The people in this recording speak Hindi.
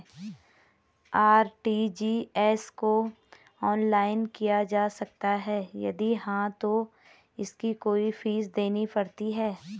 आर.टी.जी.एस को ऑनलाइन किया जा सकता है यदि हाँ तो इसकी कोई फीस देनी पड़ती है?